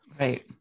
Right